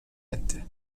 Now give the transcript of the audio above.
etti